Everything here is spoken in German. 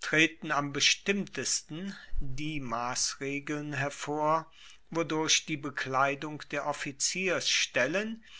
treten am bestimmtesten die massregeln hervor wodurch die bekleidung der